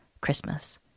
Christmas